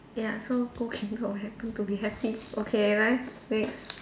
ya so go kingdom of heaven to be happy okay 来 next